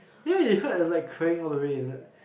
then it hurt I was like crying all the way is it